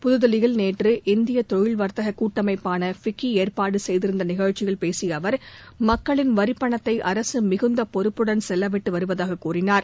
புதுதில்லியில் நேற்று இந்திய தொழில் வா்த்தக கூட்டமைப்பான ஃபிக்கி ஏற்பாடு செய்திருந்த நிகழ்ச்சியில் பேசிய அவர் மக்களின் வரிப்பணத்தை அரசு மிகுந்த பொறுப்புடன் செலவிட்டு வருவதாக கூறினார்